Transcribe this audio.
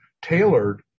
tailored